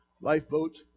lifeboat